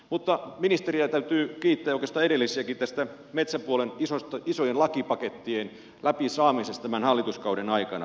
mutta ministeriä täytyy kiittää ja oikeastaan edellisiäkin tästä metsäpuolen isojen lakipakettien läpi saamisesta tämän hallituskauden aikana